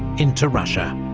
into russia.